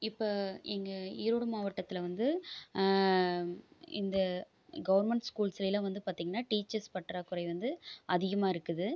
இப்போ எங்கள் ஈரோடு மாவட்டத்தில் வந்து இந்த கவர்மெண்ட் ஸ்கூல்ஸ்லேலாம் வந்து பார்த்தீங்கனா டீச்சர்ஸ் பற்றாக்குறை வந்து அதிகமாக இருக்குது